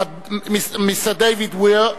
מיסטר דייוויד וויר,